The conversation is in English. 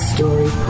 Story